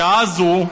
בשעה זו,